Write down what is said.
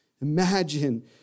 Imagine